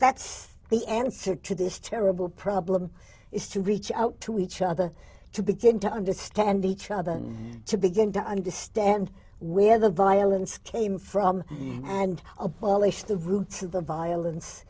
that's the answer to this terrible problem is to reach out to each other to begin to understand each other and to begin to understand where the violence came from and abolish the root to the violence